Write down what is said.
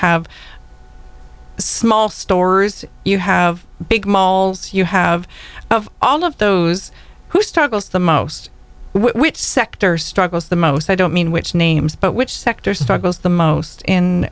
have small stores you have big malls you have all of those who struggles the most which sector struggles the most i don't mean which names but which sector struggles the most in